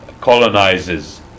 colonizes